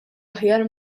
aħjar